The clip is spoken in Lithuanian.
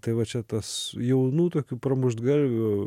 tai va čia tas jaunų tokių pramuštgalvių